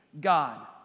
God